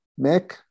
Mick